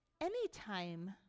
Anytime